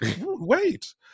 Wait